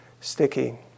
sticky